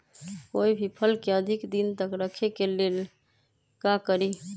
कोई भी फल के अधिक दिन तक रखे के ले ल का करी?